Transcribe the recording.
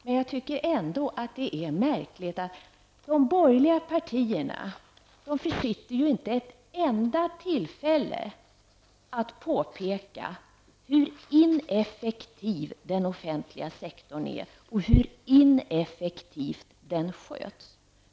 Men jag tycker ändå att det är märkligt att de borgerliga partierna inte försitter en enda tillfälle att påpeka hur ineffektiv den offentliga sektorn är och hur ineffektivt den sköts.